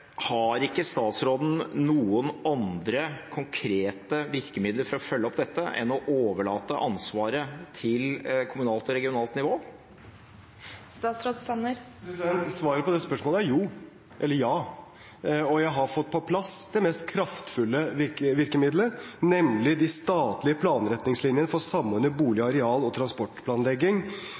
Har ikke statsråden noen andre konkrete virkemidler for å følge opp dette enn å overlate ansvaret til kommunalt og regionalt nivå? Svaret på det spørsmålet er jo – eller ja. Jeg har fått på plass det mest kraftfulle virkemidlet, nemlig de statlige planretningslinjene for